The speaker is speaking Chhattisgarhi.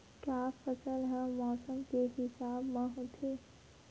का फसल ह मौसम के हिसाब म होथे?